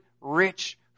rich